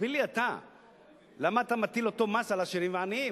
תסביר לי אתה למה אתה מטיל אותו מס על עשירים ועניים.